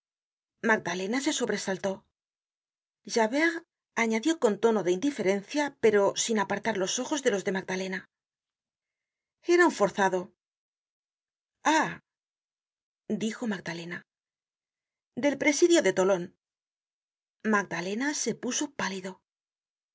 magdalena se sobresaltó javert añadió con tono de indiferencia pero sin apartar los ojos dolos de magdalena era un forzado ah dijo magdalena del presidio de tolon magdalena se puso pálido